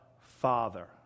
Father